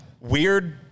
Weird